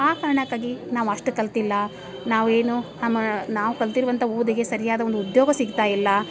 ಆ ಕಾರಣಕ್ಕಾಗಿ ನಾವು ಅಷ್ಟು ಕಲಿತಿಲ್ಲ ನಾವು ಏನು ನಮ್ಮ ನಾವು ಕಲ್ತಿರುವಂಥ ಓದಿಗೆ ಸರಿಯಾದ ಒಂದು ಉದ್ಯೋಗ ಸಿಗ್ತಾಯಿಲ್ಲ